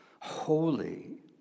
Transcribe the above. holy